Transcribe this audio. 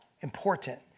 important